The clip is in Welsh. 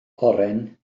oren